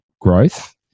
growth